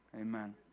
amen